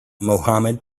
mohamed